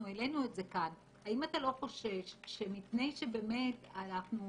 האם אתה לא חושש שמפני שבאמת אנחנו